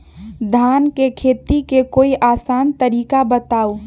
धान के खेती के कोई आसान तरिका बताउ?